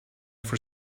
for